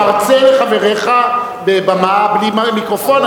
כי אתה מרצה לחבריך על במה בלי מיקרופון,